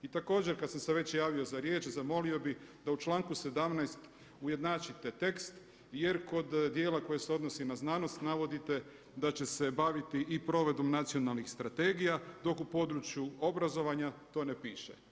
I također kad sam se već javio za riječ zamolio bi da u članku 17. ujednačite tekst jer kod djela koji se odnosi na znanosti navodite da će se baviti i provedbom nacionalnih strategija dok u području obrazovanja to ne piše.